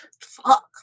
fuck